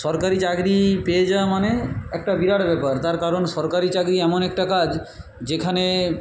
সরকারি চাকরি পেয়ে যাওয়া মানে একটা বিরাট ব্যাপার তার কারণ সরকারি চাকরি এমন একটা কাজ যেখানে